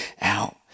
out